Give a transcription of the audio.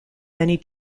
many